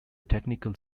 technical